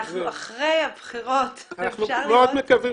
עכשיו אנחנו אחרי הבחירות ואפשר לקוות